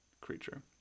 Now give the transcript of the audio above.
creature